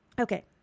Okay